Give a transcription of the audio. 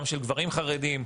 גם של גברים חרדים,